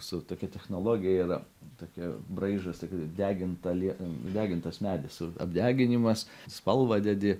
su tokia technologija yra tokia braižas deginta lie degintas medis apdeginimas spalvą dedi